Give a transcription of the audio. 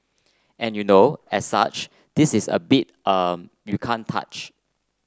and you know as such this's a beat you can't touch